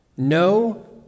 No